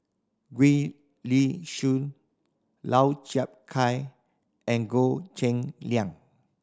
Gwee Li Sui Lau Chiap Khai and Goh Cheng Liang